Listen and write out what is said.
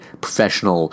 professional